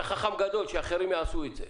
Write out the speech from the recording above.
אתה חכם גדול, שאחרים יעשו את זה.